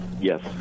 Yes